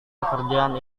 pekerjaan